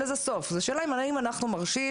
השאלה היא אם אנחנו מרשים,